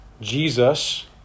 Jesus